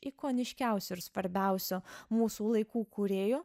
ikoniškiausiu ir svarbiausiu mūsų laikų kūrėju